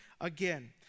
again